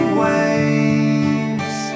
waves